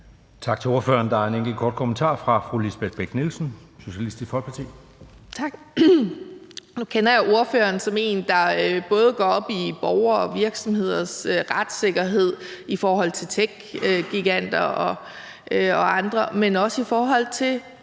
Tak til ordføreren. Der er enkelt kort bemærkning fra fru Lisbeth Bech-Nielsen, Socialistisk Folkeparti. Kl. 11:02 Lisbeth Bech-Nielsen (SF): Tak. Nu kender jeg ordføreren som en, der både går op i borgere og virksomheders retssikkerhed i forhold til techgiganter og andre, men også i forhold til